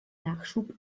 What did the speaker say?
nachschub